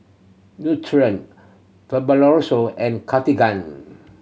Nutren Fibrosol and Cartigain